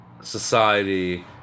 society